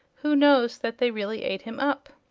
who knows that they really ate him up?